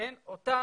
אותה